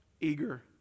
eager